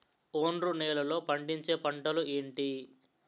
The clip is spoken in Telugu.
ఒండ్రు నేలలో పండించే పంటలు ఏంటి?